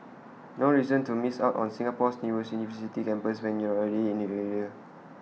no reason to miss out on Singapore's newest university campus when you're already in the area